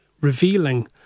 revealing